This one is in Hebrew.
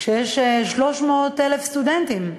כשיש 300,000 סטודנטים.